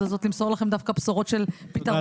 הזאת למסור לכם דווקא בשורות של פתרון,